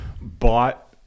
bought